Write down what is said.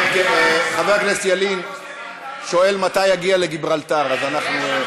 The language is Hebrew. חבר הכנסת ילין שואל מתי יגיע לגיברלטר, אז אנחנו,